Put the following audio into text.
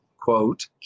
Quote